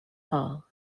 hall